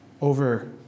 over